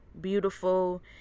beautiful